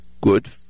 Good